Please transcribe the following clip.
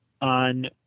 on